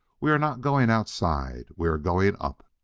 we are not going outside we are going up.